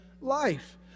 life